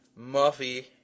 Muffy